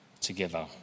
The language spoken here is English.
together